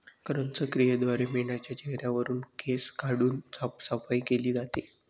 क्रॅच क्रियेद्वारे मेंढाच्या चेहऱ्यावरुन केस काढून साफसफाई केली जाते